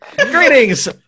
Greetings